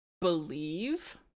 believe